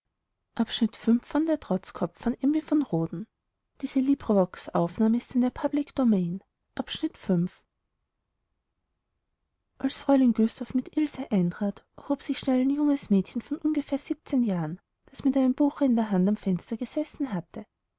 als fräulein güssow mit ilse eintrat erhob sich schnell ein junges mädchen von ungefähr siebzehn jahren das mit einem buche in der hand am fenster gesessen hatte